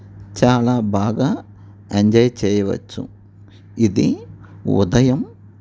చాలా బాగా ఎంజాయ్ చేయవచ్చు ఇది ఉదయం